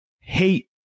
hate